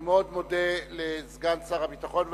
אני מאוד מודה לסגן שר הביטחון.